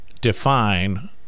define